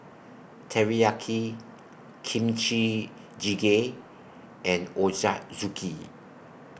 Teriyaki Kimchi Jjigae and Ochazuke